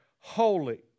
holy